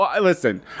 Listen